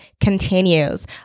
continues